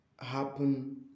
happen